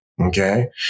okay